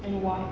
and why